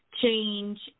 change